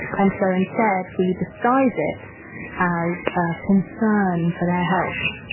and so instead we disguise it as ah concern for their health.